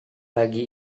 pagi